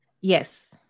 yes